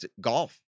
golf